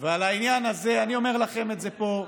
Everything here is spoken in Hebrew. והעניין הזה, אני אומר לכם את זה פה,